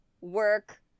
work